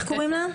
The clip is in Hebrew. איך קוראים לה?